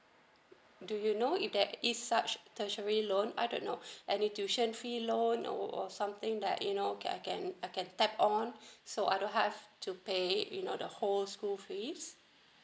do you know if there is such a tertiary loan I don't know any tuition fee loan or or something that you know I can I can tap on so I don't have to pay you know the whole school fees